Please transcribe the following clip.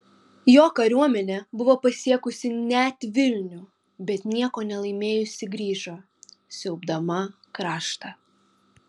jo kariuomenė buvo pasiekusi net vilnių bet nieko nelaimėjusi grįžo siaubdama kraštą